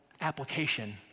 application